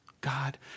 God